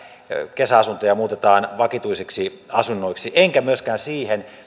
kesäasuntoja muutetaan vakituisiksi enkä myöskään siihen